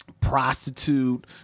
prostitute